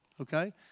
okay